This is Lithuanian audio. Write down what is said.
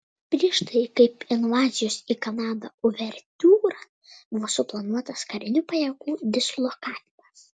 prieš tai kaip invazijos į kanadą uvertiūra buvo suplanuotas karinių pajėgų dislokavimas